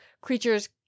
creatures